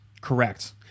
Correct